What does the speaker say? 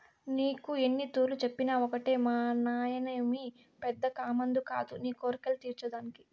నీకు ఎన్నితూర్లు చెప్పినా ఒకటే మానాయనేమి పెద్ద కామందు కాదు నీ కోర్కెలు తీర్చే దానికి